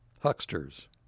Hucksters